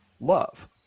love